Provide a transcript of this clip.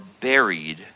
buried